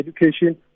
education